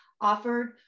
offered